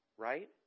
Right